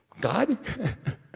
God